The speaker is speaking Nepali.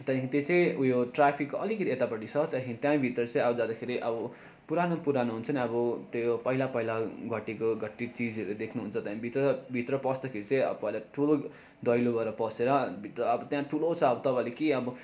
त्यहाँदेखि त्यो चाहिँ उयो ट्राफिकको अलिकति यतापट्टि छ त्यहाँदेखि त्यहाँभित्र चाहिँ अब जाँदाखेरि अब परानो पुरानो हुन्छ नि अब त्यो पहिला पहिला घटेको घटित चिजहरू देख्नु हुन्छ त्यहाँभित्र भित्र पस्दाखेरि चाहिँ पहिला ठुलो दैलोबाट पसेर भित्र अब त्यहाँ ठुलो छ अब तपाईँले के अब